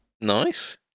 Nice